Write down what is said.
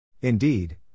Indeed